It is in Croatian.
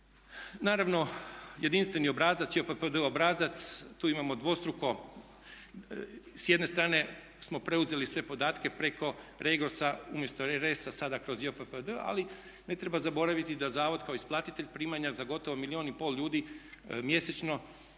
Naravno jedinstveni obrazac, JPPD obrazac tu imamo dvostruko, s jedne strane smo preuzeli sve podatke preko REGOS-a, umjesto … sada kroz JPPD ali ne treba zaboraviti da zavod kao isplatitelj primanja za gotovo milijun i pol ljudi mjesečno